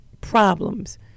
problems